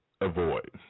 avoid